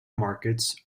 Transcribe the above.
markets